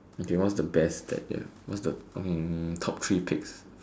okay what's the best that you have what's the best I mean top three picks